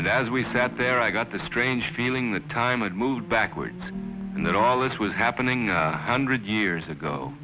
and as we sat there i got the strange feeling that time would move backwards and that all this was happening hundred years ago